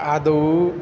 आदौ